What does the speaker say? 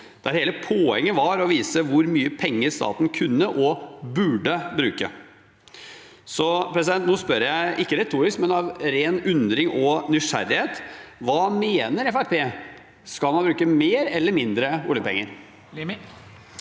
der hele poenget var å vise hvor mye penger staten kunne og burde bruke. Så nå spør jeg ikke retorisk, men av ren undring og nysgjerrighet: Hva mener Fremskrittspartiet, skal man bruke mer eller mindre oljepenger? Hans